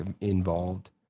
involved